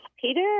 Peter